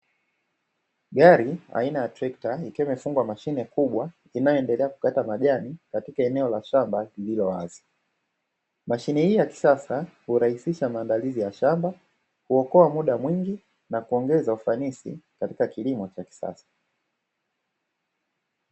Gari aina ya trekta ikiwa imefungwa mashine kubwa inayoendelea kukata majani katika eneo la shamba lililo wazi. Mashine hii ya kisasa hurahisisha maandalizi ya shamba, huokoa muda mwingi na kuongeza ufanisi katika kilimo cha kisasa.